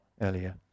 earlier